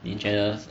in general